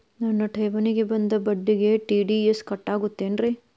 ನನ್ನ ಠೇವಣಿಗೆ ಬಂದ ಬಡ್ಡಿಗೆ ಟಿ.ಡಿ.ಎಸ್ ಕಟ್ಟಾಗುತ್ತೇನ್ರೇ?